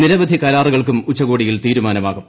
നിരവധി കരാറുകൾക്കും ഉച്ചകോടിയിൽ തീരുമാനമാകും